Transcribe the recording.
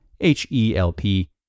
H-E-L-P